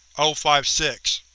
o five six.